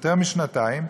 יותר משנתיים,